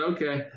Okay